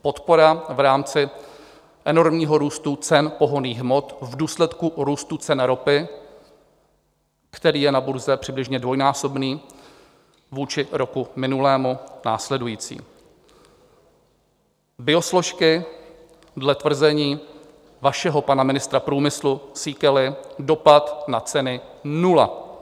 Podpora v rámci enormního růstu cen pohonných hmot v důsledku růstu cen ropy, který je na burze přibližně dvojnásobný vůči roku minulému, následující: biosložky dle tvrzení vašeho pana ministra průmyslu Síkely, dopad na ceny nula.